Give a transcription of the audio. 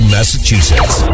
Massachusetts